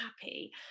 happy